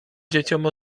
dzieciom